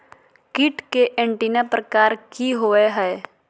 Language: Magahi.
कीट के एंटीना प्रकार कि होवय हैय?